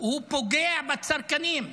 הוא פוגע בצרכנים.